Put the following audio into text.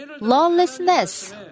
lawlessness